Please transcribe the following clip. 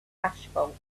asphalt